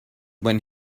when